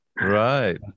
Right